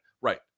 right